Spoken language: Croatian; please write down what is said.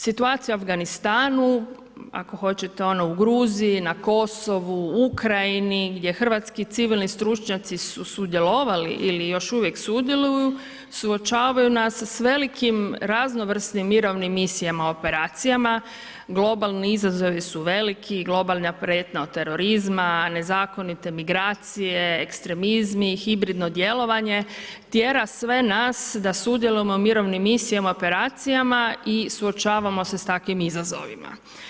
Situacija u Afganistanu, ako hoćete ona u Gruziji, na Kosovu, Ukrajini gdje hrvatski civilni stručnjaci su sudjelovali ili još uvijek sudjeluju suočavaju nas s velikim raznovrsnim mirovnim misijama i operacijama, globalni izazovi su veliki, globalna prijetnja od terorizma, nezakonite migracije, ekstremizmi, hibridno djelovanje, tjera sve nas da sudjelujemo u mirovnim misijama i operacijama i suočavamo se s takvim izazovima.